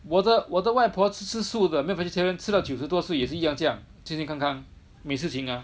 我的我的外婆只吃素的没有 vegetarian 吃到九十多岁也是一样这样健健康康没事情啊